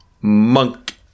monk